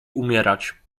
umierać